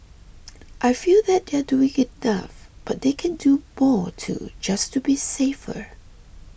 I feel that they are doing enough but they can do more too just to be safer